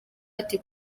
ati